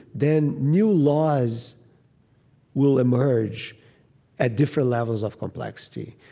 then new laws will emerge at different levels of complexity.